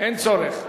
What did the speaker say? אין צורך.